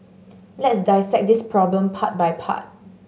let's dissect this problem part by part